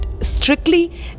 strictly